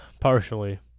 Partially